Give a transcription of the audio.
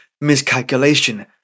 miscalculation